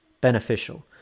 beneficial